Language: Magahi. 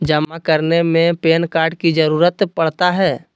जमा करने में पैन कार्ड की जरूरत पड़ता है?